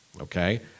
okay